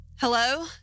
Hello